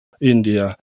India